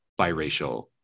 biracial